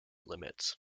limits